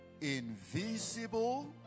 invisible